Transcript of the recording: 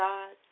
God